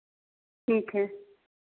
ठीक है